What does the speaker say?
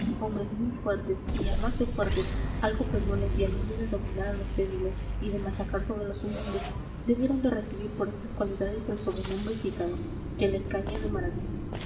hombres muy fuertes y a más de fuertes algo pegones y amigos de dominar a los débiles y de machacar sobre los humildes debieron de recibir por estas cualidades el sobrenombre citado que les caía a maravilla